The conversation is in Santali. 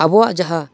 ᱟᱵᱚᱣᱟᱜ ᱡᱟᱦᱟᱸ